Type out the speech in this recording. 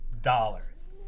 dollars